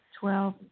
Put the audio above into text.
Twelve